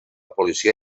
policia